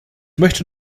möchte